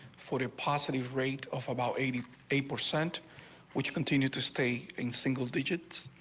forty possibly rate of about eighty a percent which continue to stay in single digits.